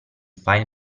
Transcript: file